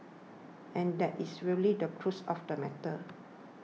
and that is really the crux of the matter